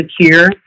secure